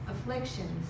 afflictions